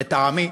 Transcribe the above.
לטעמי,